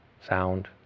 sound